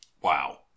Wow